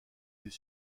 des